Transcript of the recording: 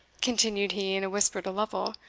continued he, in a whisper to lovel,